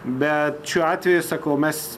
bet šiuo atveju sakau mes